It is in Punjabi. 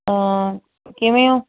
ਹਾਂ ਕਿਵੇਂ ਹੋ